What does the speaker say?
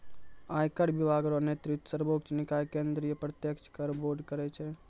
आयकर विभाग रो नेतृत्व सर्वोच्च निकाय केंद्रीय प्रत्यक्ष कर बोर्ड करै छै